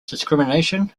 discrimination